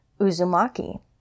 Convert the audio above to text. Uzumaki